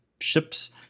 ships